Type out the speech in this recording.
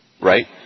Right